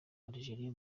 algeria